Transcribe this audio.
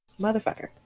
Motherfucker